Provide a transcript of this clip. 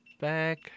back